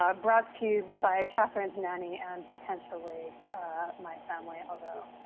um brought to you by catherine's nanny and potentially my family, although